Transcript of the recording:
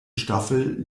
staffel